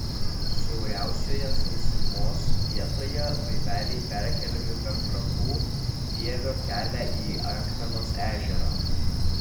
siauriausioje sausumos vietoje laiveliai perkeliami per trakų vievio kelią į akmenos ežerą